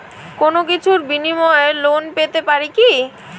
কোনো কিছুর বিনিময়ে লোন পেতে পারি কি?